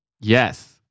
Yes